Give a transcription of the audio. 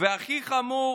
והכי חמור,